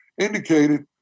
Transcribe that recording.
indicated